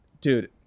Dude